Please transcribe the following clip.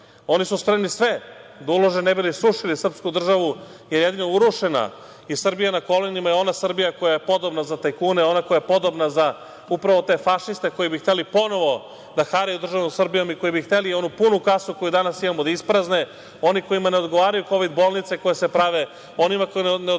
Oni su spremni sve da ulože ne bi li srušili srpsku državu, jer jedino urušena i Srbija na kolenima je ona Srbija koja je podobna za tajkune, ona koja je podobna za upravo za te fašiste, koji bi hteli ponovo da haraju državom Srbijom, i koji bi hteli onu punu kasu, koju danas imamo, da isprazne, oni kojima ne odgovaraju Kovid bolnice koje se prave, onima kojima ne odgovara